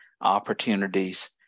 opportunities